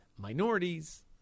minorities